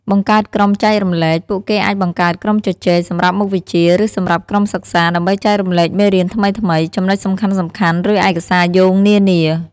បង្កើតក្រុមចែករំលែក ពួកគេអាចបង្កើត ក្រុមជជែក សម្រាប់មុខវិជ្ជា ឬសម្រាប់ក្រុមសិក្សា ដើម្បីចែករំលែកមេរៀនថ្មីៗ ចំណុចសំខាន់ៗ ឬឯកសារយោងនានា។